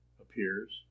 appears